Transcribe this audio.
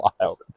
wild